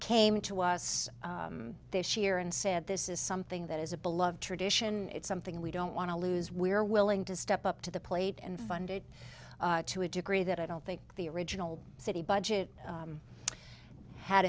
came to us this year and said this is something that is a beloved tradition it's something we don't want to lose we're willing to step up to the plate and funded to a degree that i don't think the original city budget